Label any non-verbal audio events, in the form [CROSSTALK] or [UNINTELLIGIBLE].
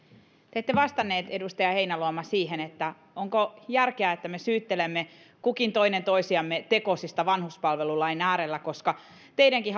ette vastannut edustaja heinäluoma siihen onko järkeä että me syyttelemme kukin toinen toisiamme tekosista vanhuspalvelulain äärellä koska teidänkin [UNINTELLIGIBLE]